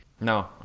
No